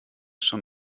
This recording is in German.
schon